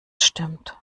stimmt